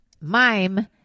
mime